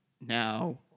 Now